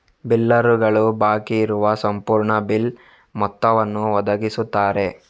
ಬಿಲ್ಲರುಗಳು ಬಾಕಿ ಇರುವ ಸಂಪೂರ್ಣ ಬಿಲ್ ಮೊತ್ತವನ್ನು ಒದಗಿಸುತ್ತಾರೆ